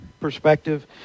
Perspective